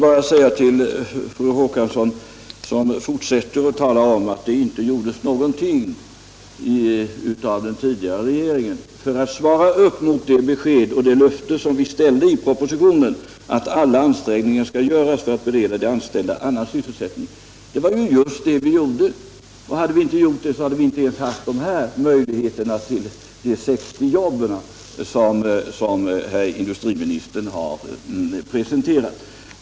— ÄÄ— Fru Håkansson fortsätter att tala om att det inte gjordes någonting Om sysselsättningsav den tidigare regeringen för att svara upp mot de besked och löften = problemen i Ale som vi ställde i propositionen, att alla ansträngningar skall göras för - kommun, m.m. att bereda de anställda annan sysselsättning. Det var just vad vi gjorde, annars hade vi inte haft möjlighet att skaffa fram ens de 60 jobb som industriministern har presenterat.